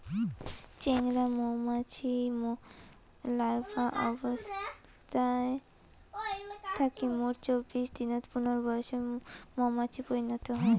চেংরা মৌমাছি লার্ভা অবস্থা থাকি মোট চব্বিশ দিনত পূর্ণবয়সের মৌমাছিত পরিণত হই